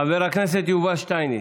חבר הכנסת יובל שטייניץ,